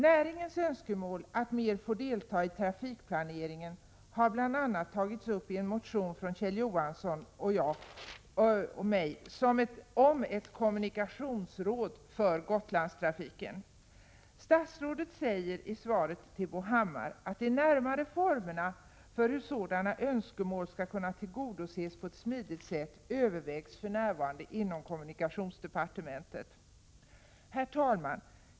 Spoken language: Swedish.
Näringens önskemål om att mera få deltaga i trafikplaneringen har bl.a. tagits upp i en motion, som Kjell Johansson och jag undertecknat och som handlar om ett kommunikationsråd för Gotlandstrafiken. Statsrådet säger i svaret till Bo Hammar: ”De närmare formerna för hur sådana önskemål skulle kunna tillgodoses på ett smidigt sätt övervägs för närvarande inom kommunikationsdepartementet.” Herr talman!